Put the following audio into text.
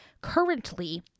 Currently